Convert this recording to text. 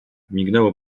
mignęło